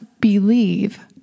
believe